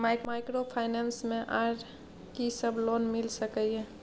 Microfinance मे आर की सब लोन मिल सके ये?